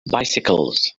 bicycles